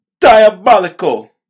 diabolical